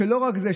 שלא רק זה,